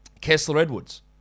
Kessler-Edwards